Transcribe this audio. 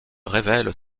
révèlent